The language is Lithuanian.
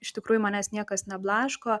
iš tikrųjų manęs niekas neblaško